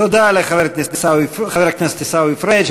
תודה לחבר הכנסת עיסאווי פריג'.